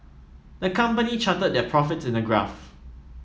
the company charted their profits in a graph